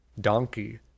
donkey